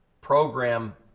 program